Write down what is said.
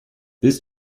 this